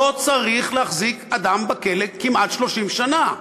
לא צריך להחזיק אדם בכלא כמעט 30 שנה.